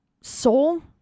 soul